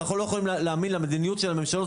אנחנו לא יכולים להאמין למדיניות של הממשלות